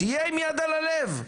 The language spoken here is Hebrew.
תהיה עם יד על הלב,